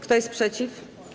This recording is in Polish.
Kto jest przeciw?